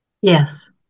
Yes